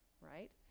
right